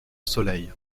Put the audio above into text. soleil